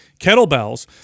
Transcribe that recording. kettlebells